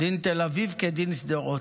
"דין תל אביב כדין שדרות",